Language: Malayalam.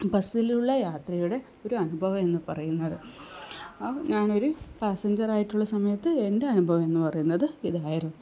ബസ്സിലുള്ള യാത്രയുടെ ഒരനുഭവം എന്ന് പറയുന്നത് അപ്പം ഞാനൊരു പാസഞ്ചറായിട്ടുള്ള സമയത്ത് എൻ്റെ അനുഭവം എന്ന് പറയുന്നത് ഇതായിരുന്നു